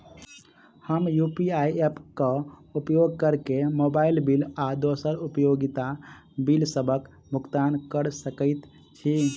हम UPI app क उपयोग करके मोबाइल बिल आ दोसर उपयोगिता बिलसबक भुगतान कर सकइत छि